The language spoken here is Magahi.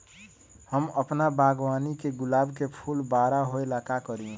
हम अपना बागवानी के गुलाब के फूल बारा होय ला का करी?